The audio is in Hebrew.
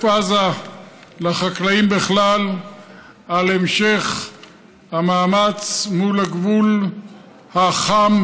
עזה ולחקלאים בכלל על המשך המאמץ מול הגבול החם,